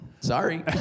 sorry